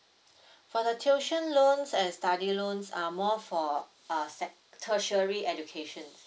for the tuition loans and study loans are more for uh sec tertiary education